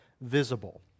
visible